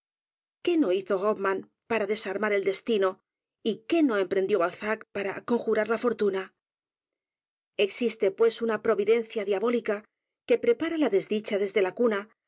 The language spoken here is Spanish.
é no hizo hoífmanpara desarmar el destino y qué no emprendió balzac para conjurar la fortuna e x i s t e pues una providencia diabólica que p r e p a r a la desdicha desde la cuna